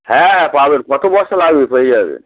হ্যাঁ পাবেন কত বস্তা লাগবে পেয়ে যাবে